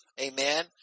Amen